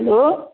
hello